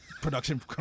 production